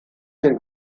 den